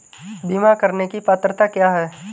बीमा करने की पात्रता क्या है?